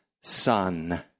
son